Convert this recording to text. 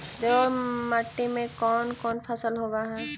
जलोढ़ मट्टी में कोन कोन फसल होब है?